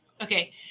okay